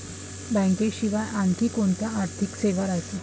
बँकेशिवाय आनखी कोंत्या आर्थिक सेवा रायते?